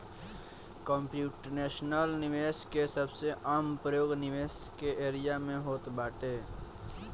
computational निवेश के सबसे आम प्रयोग निवेश के एरिया में होत बाटे